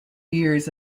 years